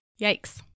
yikes